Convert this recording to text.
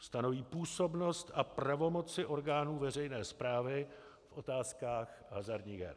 Stanoví působnost a pravomoci orgánů veřejné správy v otázkách hazardních her.